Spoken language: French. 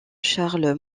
charles